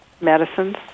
medicines